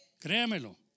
Créamelo